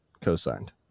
Co-signed